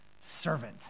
servant